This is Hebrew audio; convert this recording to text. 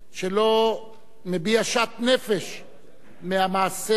שלא מביע שאט-נפש מהמעשה,